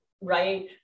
right